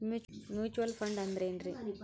Mutual fund ಅಂದ್ರೆನ್ರಿ?